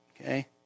okay